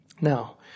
Now